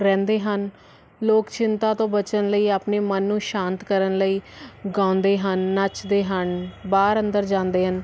ਰਹਿੰਦੇ ਹਨ ਲੋਕ ਚਿੰਤਾ ਤੋਂ ਬਚਣ ਲਈ ਆਪਣੇ ਮਨ ਨੂੰ ਸ਼ਾਂਤ ਕਰਨ ਲਈ ਗਾਉਂਦੇ ਹਨ ਨੱਚਦੇ ਹਨ ਬਾਹਰ ਅੰਦਰ ਜਾਂਦੇ ਹਨ